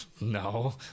no